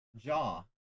Jaw